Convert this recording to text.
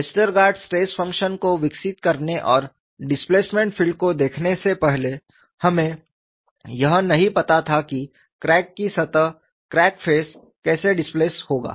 Westergaard stress function को विकसित करने और डिस्प्लेसमेंट फील्ड को देखने से पहले हमें यह नहीं पता था कि क्रैक की सतह क्रैक फेस कैसे डिस्प्लेस होगा